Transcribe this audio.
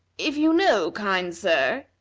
if you know, kind sir,